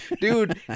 Dude